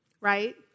right